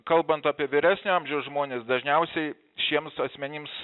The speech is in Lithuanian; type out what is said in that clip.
kalbant apie vyresnio amžiaus žmones dažniausiai šiems asmenims